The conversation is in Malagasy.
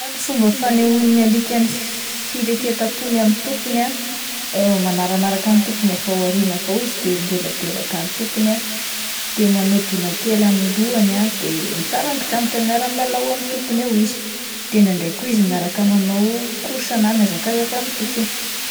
Ny fomba fanehoan'ny alika ny fi-fireketapony amin'ny tompony ah, manarakaraka ny tompony avy ao aoriana avy ao izy de mileladelaka ny tompony ah, de manao donakely amin'ny lohany ah de misarangotrangotra miara-milalao amin'ny tompony eo izy, de indraindray koa izy miaraka manao korsa na mihazakazaka amin'ny tompony.